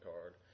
card